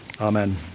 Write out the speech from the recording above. Amen